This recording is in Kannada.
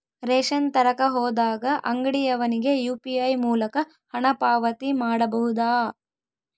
ರೇಷನ್ ತರಕ ಹೋದಾಗ ಅಂಗಡಿಯವನಿಗೆ ಯು.ಪಿ.ಐ ಮೂಲಕ ಹಣ ಪಾವತಿ ಮಾಡಬಹುದಾ?